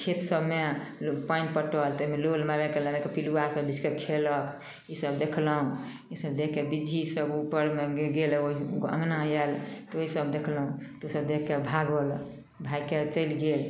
खेतसबमे लोक पानि पटवल ताहिमे लोल मारि मारिकऽ पिलुआसब बिछिकऽ खएलक ईसब देखलहुँ ईसब देखिके बिज्जीसब उपरमे गेल अँगना आएल तऽ ईसब देखलहुँ तऽ ओसब देखिके भागल भागिके चलि गेल